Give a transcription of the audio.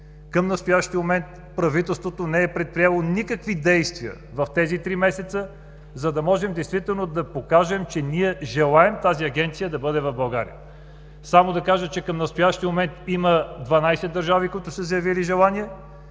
към настоящия момент правителството не е предприело никакви действия в тези три месеца, никакви действия, за да покажем, че желаем агенцията да бъде в България. Само да кажа, че към настоящия момент има 12 държави, изявили желание.